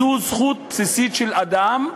זו זכות בסיסית של אדם.